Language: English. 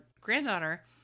granddaughter